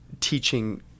teaching